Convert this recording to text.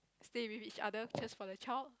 stay with each other just for the child